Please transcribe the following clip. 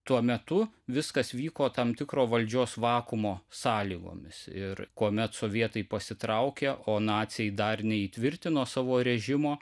tuo metu viskas vyko tam tikro valdžios vakuumo sąlygomis ir kuomet sovietai pasitraukė o naciai dar neįtvirtino savo režimo